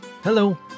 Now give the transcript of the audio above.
Hello